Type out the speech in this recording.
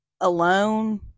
alone